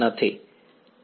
વિદ્યાર્થી